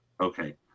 Okay